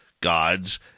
gods